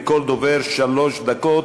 לכל דובר שלוש דקות,